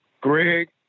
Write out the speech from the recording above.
Greg